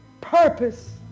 Purpose